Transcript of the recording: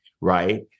right